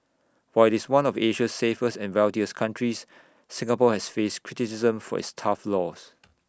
while IT is one of Asia's safest and wealthiest countries Singapore has faced criticism for its tough laws